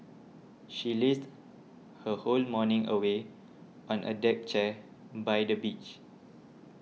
she lazed her whole morning away on a deck chair by the beach